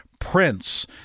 Prince